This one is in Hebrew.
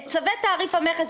צווי תעריף המכס,